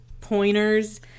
pointers